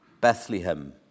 Bethlehem